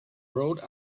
rode